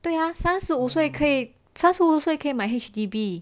对呀三十五岁可以三十五岁可以买 H_D_B